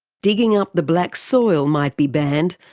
digging up the black soil might be banned,